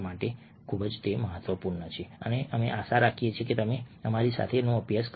તેથી આ ખૂબ જ મહત્વપૂર્ણ છે અને અમે આશા રાખીએ છીએ કે તમે અમારી સાથે અભ્યાસ કરશો